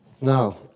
Now